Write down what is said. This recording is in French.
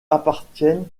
appartiennent